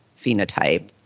phenotype